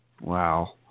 Wow